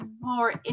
more